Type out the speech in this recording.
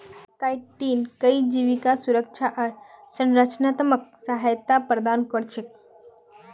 chitin कई जीवके सुरक्षा आर संरचनात्मक सहायता प्रदान कर छेक